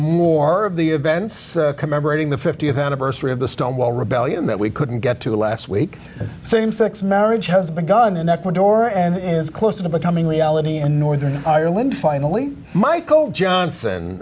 more of the events commemorating the th anniversary of the stonewall rebellion that we couldn't get to last week same sex marriage has begun in ecuador and is closer to becoming reality in northern ireland finally michael johnson